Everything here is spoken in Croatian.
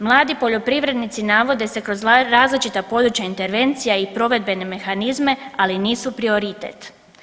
Mladi poljoprivrednici navode se kroz različita područja intervencija i provedbene mehanizme, ali nisu prioritet.